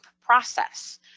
process